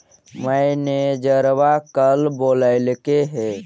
मैनेजरवा कल बोलैलके है?